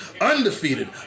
undefeated